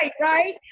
right